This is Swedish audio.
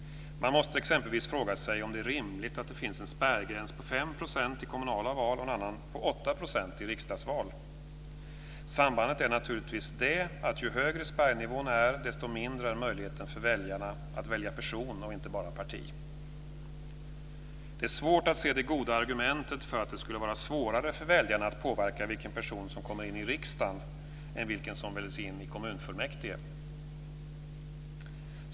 Man måste exempelvis fråga sig om det är rimligt att det finns en spärrgräns på 5 % i kommunala val och en på 8 % i riksdagsval. Sambandet är naturligtvis att ju högre spärrnivån är, desto mindre är möjligheten för väljarna att välja person och inte bara parti. Det är svårt att se det goda argumentet för att det skulle vara svårare för väljarna att påverka vilken person som kommer in i riksdagen än vilken som väljs in i kommunfullmäktige.